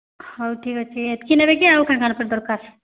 ହଉ ଠିକ୍ ଅଛେ ଏତ୍କି ନେବେ କି ଆଉ କାଣା କାଣା ଫେର୍ ଦର୍କାର୍